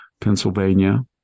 Pennsylvania